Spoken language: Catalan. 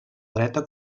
dreta